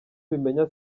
mbimenya